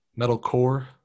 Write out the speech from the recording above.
Metalcore